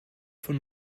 von